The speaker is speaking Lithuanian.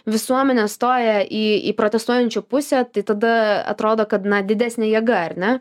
visuomenė stoja į į protestuojančių pusę tai tada atrodo kad na didesnė jėga ar ne